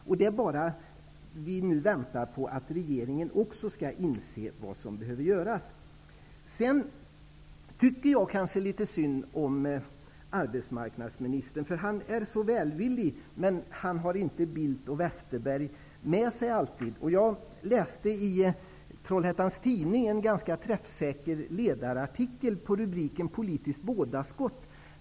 Vad som nu återstår är bara att också regeringen inser vad som behöver göras. Jag tycker nog att det är litet synd om arbetsmarknadsministern. Han är så välvillig, men han får inte alltid med sig Carl Bildt och Bengt Westerberg. I Trollhättans Tidning har jag läst en ganska träffsäker ledarartikel under rubriken Politiskt vådaskott.